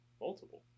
Multiple